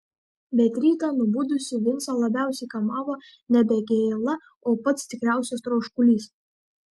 bet rytą nubudusį vincą labiausiai kamavo nebe gėla o pats tikriausias troškulys